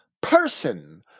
person